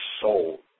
soul